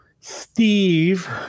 Steve